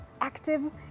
active